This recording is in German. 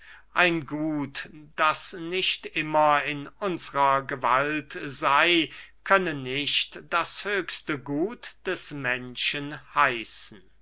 ein gut das nicht immer in unsrer gewalt sey könne nicht das höchste gut des menschen heißen